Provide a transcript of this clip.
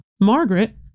Margaret